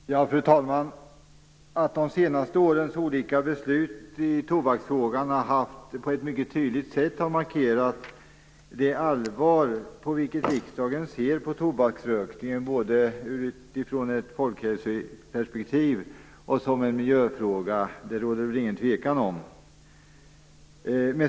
Fru talman! Det råder ingen tvekan om att de senaste årens olika beslut i tobaksfrågan på ett mycket tydligt sätt har markerat det allvar med vilket riksdagen ser på tobaksrökningen, både från ett folkhälsoperspektiv och som en miljöfråga.